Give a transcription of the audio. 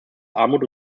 armut